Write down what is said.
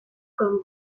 comme